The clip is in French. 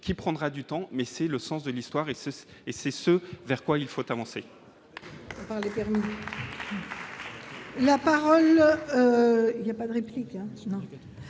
qui prendra du temps, mais c'est le sens de l'histoire et c'est ce vers quoi il faut avancer.